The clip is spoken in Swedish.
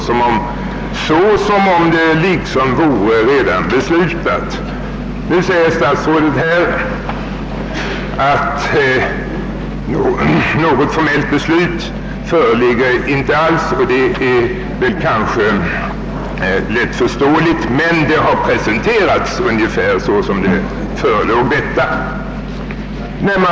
Statsrådet Wickman säger att något formellt beslut inte föreligger. Det är säkert riktigt, men planerna har presenterats som om det förelåg beslut.